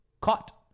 caught